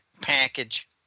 Package